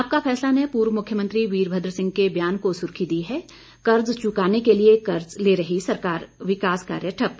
आपका फैसला ने पूर्व मुख्यमंत्री वीरमद्र सिह के बयान को सुर्खी दी है कर्ज चुकाने के लिए कर्ज ले रही सरकार विकास कार्य ठप्प